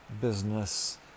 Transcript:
business